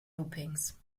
loopings